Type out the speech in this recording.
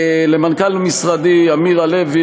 למנכ"ל משרדי אמיר הלוי,